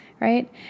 right